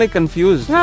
confused